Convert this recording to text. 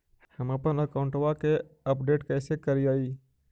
हमपन अकाउंट वा के अपडेट कैसै करिअई?